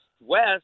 west